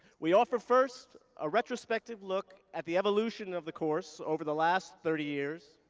we offer first a retrospective look at the evolution of the course over the last thirty years,